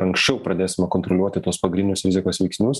anksčiau pradėsime kontroliuoti tuos pagrindinius rizikos veiksnius